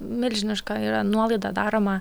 milžiniška yra nuolaida daroma